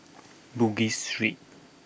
Bugis Street